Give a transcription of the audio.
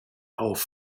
auf